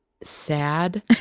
sad